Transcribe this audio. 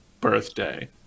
birthday